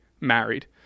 married